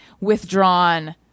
withdrawn